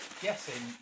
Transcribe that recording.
guessing